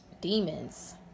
demons